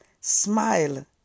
smile